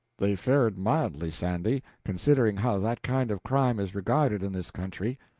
they fared mildly, sandy, considering how that kind of crime is regarded in this country.